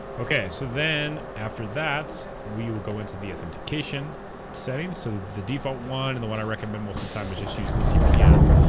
okay so then after that we will go into the authentication settings so the default one and the one i recommend most of the time is just use the tpm